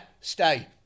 Stay